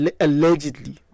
allegedly